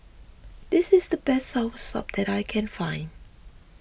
this is the best Soursop that I can find